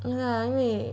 ya lah 因为